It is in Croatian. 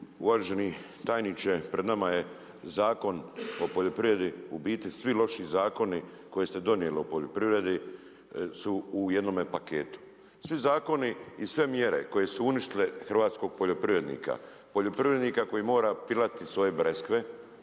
Uvaženi tajniče, pred nama je Zakon o poljoprivredi u biti svi loši zakoni koje ste donijeli o poljoprivredi su u jednome paketu. Svi zakoni i sve mjere koje su uništile hrvatskog poljoprivrednika, poljoprivrednika koji mora pilati svoje breskve,